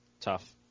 tough